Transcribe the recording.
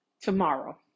tomorrow